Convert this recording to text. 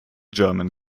german